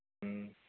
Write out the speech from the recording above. ꯎꯝ